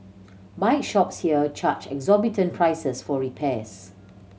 bike shops here charge exorbitant prices for repairs